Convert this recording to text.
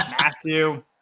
Matthew